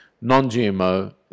non-GMO